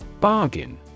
Bargain